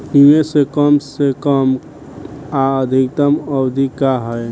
निवेश के कम से कम आ अधिकतम अवधि का है?